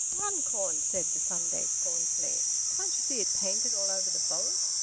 runcorn, said the sunday scornfully. can't you see it painted all over the boat?